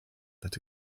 that